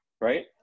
right